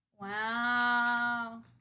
Wow